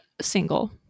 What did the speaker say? single